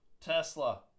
Tesla